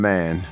Man